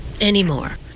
anymore